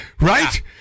Right